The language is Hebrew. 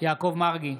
יעקב מרגי,